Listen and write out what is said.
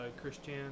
Christian